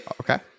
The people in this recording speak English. Okay